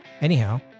Anyhow